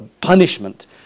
punishment